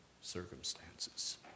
circumstances